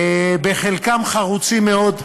חלקם חרוצים מאוד,